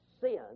sin